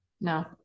no